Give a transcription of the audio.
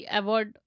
award